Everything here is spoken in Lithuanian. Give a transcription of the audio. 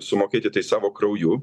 sumokėti tai savo krauju